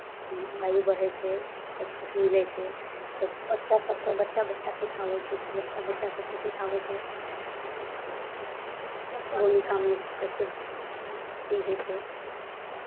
आयु बढ़ै छै सभकिछु मिलै छै सभ बच्चा सभके बच्चा बच्चा सिखाबै छै से बच्चा बच्चा सभके सिखाबै छै भूमिकामे कइसे अथी होइ छै